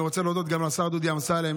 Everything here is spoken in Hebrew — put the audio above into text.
אני רוצה להודות גם לשר דודי אמסלם,